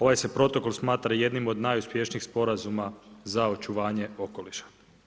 Ovaj se Protokol smatra jednim od najuspješnijih sporazuma za očuvanje okoliša.